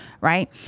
right